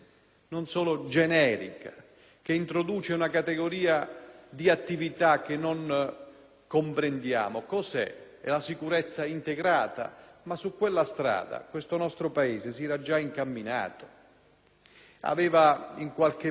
si tratta? Forse è la sicurezza integrata? Su quella strada, però, il nostro Paese si era già incamminato ed aveva in qualche modo già attivato forme e procedure di integrazione tra le forze dell'ordine: